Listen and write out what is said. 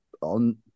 on